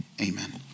Amen